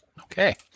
Okay